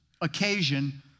occasion